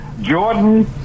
Jordan